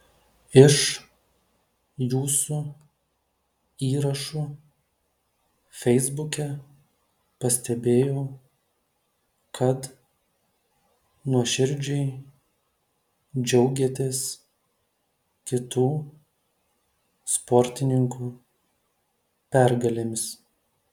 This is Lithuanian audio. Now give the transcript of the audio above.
iš jūsų įrašų feisbuke pastebėjau kad nuoširdžiai džiaugiatės kitų sportininkų pergalėmis